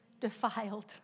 defiled